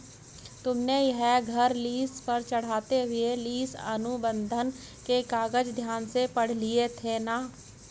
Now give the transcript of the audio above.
तुमने यह घर लीस पर चढ़ाते हुए लीस अनुबंध के कागज ध्यान से पढ़ लिए थे ना?